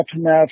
Enough